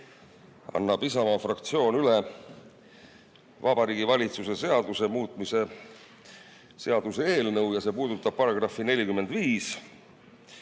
annab Isamaa fraktsioon üle Vabariigi Valitsuse seaduse muutmise seaduse eelnõu ja see puudutab § 45.